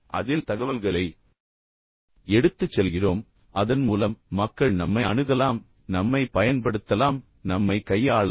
அதில் தகவல்களை எடுத்துச் செல்கிறோம் அதன் மூலம் மக்கள் நம்மை அணுகலாம் நம்மை பயன்படுத்தலாம் நம்மை கையாளலாம்